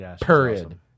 Period